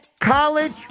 College